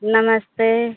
नमस्ते